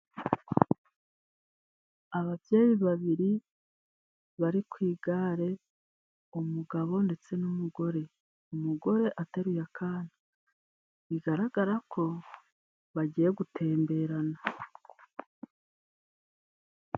Ababyeyi babiri bari ku igare umugabo ndetse n'umugore. Umugore ateruye akana, bigaragara ko bagiye gutemberana.